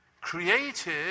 created